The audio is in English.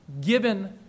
Given